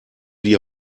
die